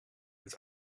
het